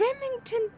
Remington